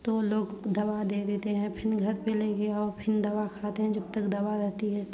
तो लोग दवा दे देते हैं फिर घर पे ले कर आओ फिन दवा खाते हैं जब तक दवा आती है